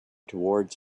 towards